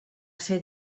ser